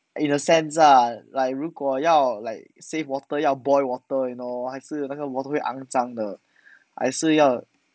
in the sense ah like 如果要 like save water 要 boil water you know 还是那个 water 会肮脏的还是要